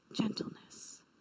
gentleness